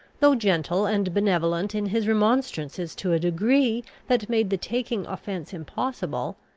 though gentle and benevolent in his remonstrances to a degree that made the taking offence impossible,